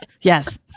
Yes